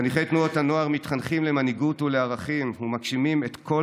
חניכי תנועות הנוער מתחנכים למנהיגות ולערכים ומגשימים את כל